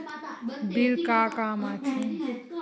Bill का काम आ थे?